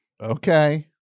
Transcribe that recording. Okay